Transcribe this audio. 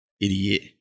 Idiot